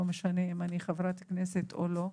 לא משנה אם אני חברת כנסת או לא,